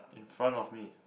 in front of me